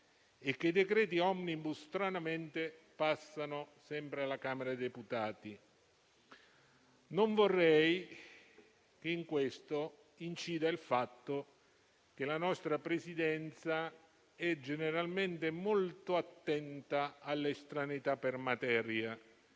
decreti-legge *omnibus* passano sempre alla Camera dei deputati. Non vorrei che in questo incida il fatto che la nostra Presidenza è generalmente molto attenta alle estraneità per materia